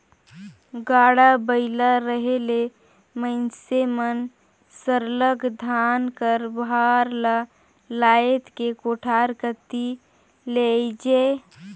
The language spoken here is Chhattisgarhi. गाड़ा बइला रहें ले मइनसे मन सरलग धान कर भार ल लाएद के कोठार कती लेइजें